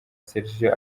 sergio